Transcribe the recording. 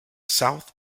south